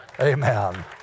Amen